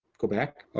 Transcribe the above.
go back, ah